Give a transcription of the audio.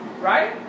Right